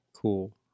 Cool